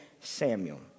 Samuel